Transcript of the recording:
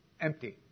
empty